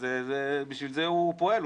לשם כך הוא פועל.